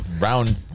round